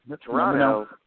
Toronto